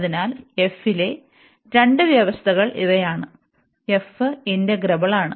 അതിനാൽ f ലെ രണ്ട് വ്യവസ്ഥകൾ ഇവയാണ് f ഇന്റഗ്രബിളാണ്